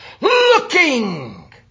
looking